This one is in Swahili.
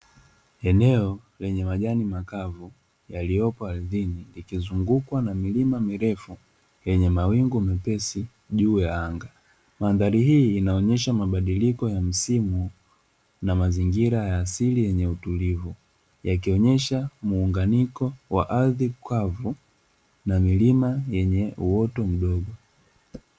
Eneo lenye majani makavu yaliopo ardhini, likizungukwa na milima mirefu yenye mawingu mepesi juu ya anga. Mandhari hii inaonyesha mabadiliko ya msimu, na mazingira ya asili yenye utulivu, yakionyesha muunganiko wa ardhi kavu, na milima yenye uoto mdogo.